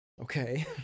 okay